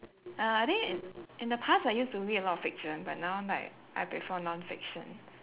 uh I think in in the past I used to read a lot of fiction but now like I prefer non-fiction